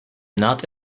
not